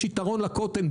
יש יתרון לקוטן,